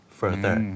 further